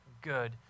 good